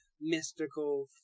mystical